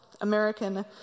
American